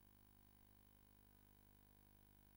הכנסת סמוטריץ, שמטיל